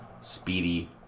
Speedy